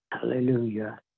Hallelujah